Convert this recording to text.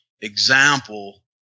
example